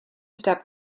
step